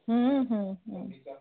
হুম হুম হুম